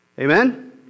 Amen